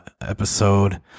episode